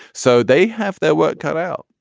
so they have their work cut out.